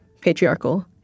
patriarchal